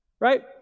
right